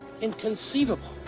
Inconceivable